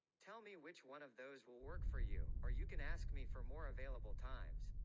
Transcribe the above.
tell me which one of those will work for you? or you can ask me for more available times.